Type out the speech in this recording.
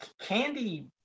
Candy